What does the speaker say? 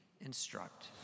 instruct